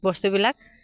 বস্তুবিলাক